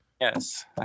yes